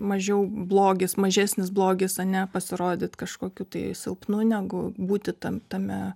mažiau blogis mažesnis blogis ane pasirodyt kažkokiu tai silpnu negu būti tam tame